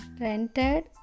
Rented